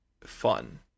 fun